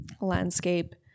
landscape